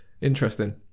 interesting